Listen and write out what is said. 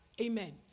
Amen